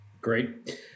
Great